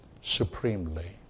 supremely